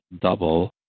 double